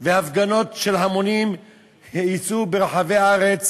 והפגנות של המונים יצאו ברחבי הארץ